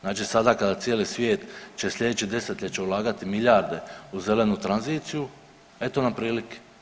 Znači, sada kada cijeli svijet će sljedeće desetljeće ulagati milijarde u zelenu tranziciju eto nam prilike.